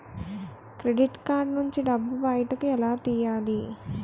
Credit card నుంచి డబ్బు బయటకు ఎలా తెయ్యలి?